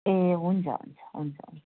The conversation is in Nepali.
ए हुन्छ हुन्छ हुन्छ हुन्छ